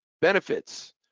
benefits